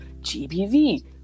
gbv